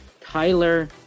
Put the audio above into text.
Tyler